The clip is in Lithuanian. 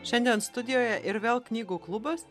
šiandien studijoje ir vėl knygų klubas